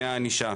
מהענישה.